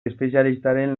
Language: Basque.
espezialistaren